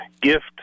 gift